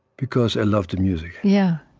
because i loved the music yeah.